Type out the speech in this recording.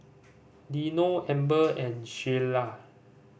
Dino Amber and Shelia